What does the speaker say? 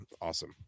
awesome